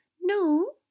No